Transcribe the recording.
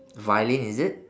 violin is it